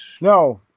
No